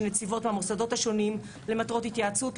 נציבות מהמוסדות השונים למטרות של התייעצות,